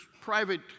private